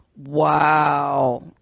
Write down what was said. Wow